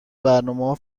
برنامه